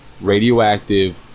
radioactive